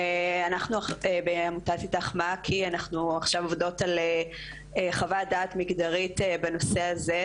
אנחנו בעמותת "איתך-מעכי" עובדות עכשיו על חוות דעת מגדרית בנושא הזה,